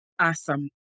Awesome